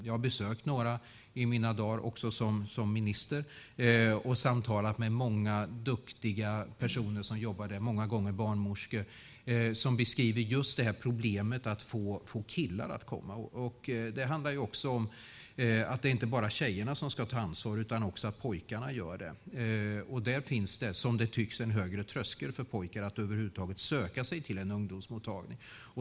Jag har besökt några som minister och samtalat med många duktiga personer som jobbar där, ofta barnmorskor. De beskriver just problemet att få killar att komma dit. Det handlar om att det inte bara är tjejerna som ska ta ansvar utan också pojkarna. Det finns, som det tycks, en högre tröskel för pojkar att över huvud taget söka sig till en ungdomsmottagning.